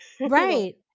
Right